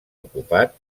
ocupat